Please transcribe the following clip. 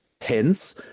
Hence